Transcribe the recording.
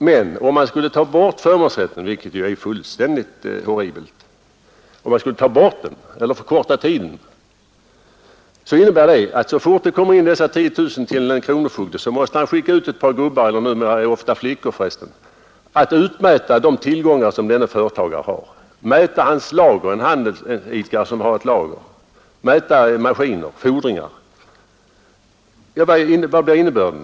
Men om förmånsrätten tas bort, vilket vore fullständigt horribelt, eller om tiden förkortas, så innebär det att så fort uppgiften om dessa oguldna 10 000 kronor kommer in måste utmätningsmannen skicka ut ett par man — numera är det förresten ofta flickor som gör det arbetet — för att mäta ut företagarens tillgångar. Om det är en handelsidkare måste man mäta hans lager och eljest maskiner och fordringar osv. Vad blir innebörden?